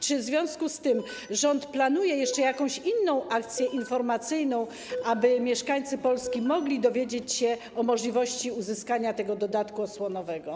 Czy w związku z tym rząd planuje jeszcze jakąś inną akcję informacyjną, aby mieszkańcy Polski mogli dowiedzieć się o możliwości uzyskania dodatku osłonowego?